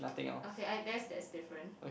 okay I guess that's different